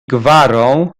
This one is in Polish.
gwarą